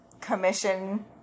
commission